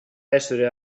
essere